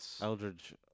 Eldridge